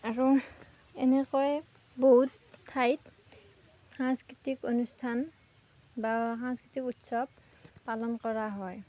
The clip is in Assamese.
আৰু এনেকৈ বহুত ঠাই সাংস্কৃতিক অনুষ্ঠান বা সাংস্কৃতিক উৎসৱ পালন কৰা হয়